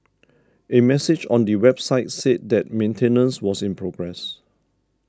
a message on the website said that maintenance was in progress